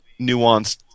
nuanced